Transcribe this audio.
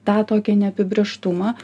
tą tokį neapibrėžtumą